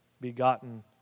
begotten